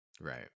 right